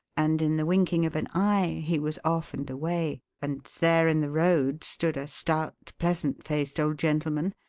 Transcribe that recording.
and in the winking of an eye he was off and away, and there in the road stood a stout, pleasant-faced old gentleman,